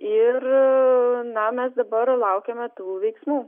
ir na mes dabar laukiame tų veiksmų